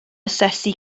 asesu